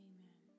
Amen